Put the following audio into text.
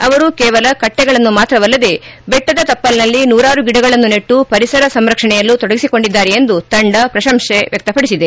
ಅವರು ಕೇವಲ ಕಟ್ಟೆಗಳನ್ನು ಮಾತ್ರವಲ್ಲದೆ ಬೆಟ್ವದ ತಪ್ಪಲಿನಲ್ಲಿ ನೂರಾರು ಗಿಡಗಳನ್ನು ನೆಣ್ನು ಪರಿಸರ ಸಂರಕ್ಷಣೆಯಲ್ಲೂ ತೊಡಗಿಸಿಕೊಂಡಿದ್ದಾರೆ ಎಂದು ತಂಡ ಪ್ರಶಂಸೆ ವ್ಯಕ್ತಪಡಿಸಿದೆ